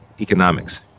economics